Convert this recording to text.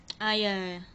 ah ya